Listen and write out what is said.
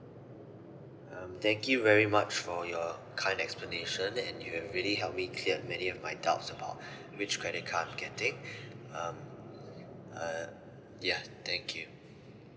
um thank you very much for your kind explanation and you have really help me cleared many of my doubts about which credit card I can take um uh yeah thank you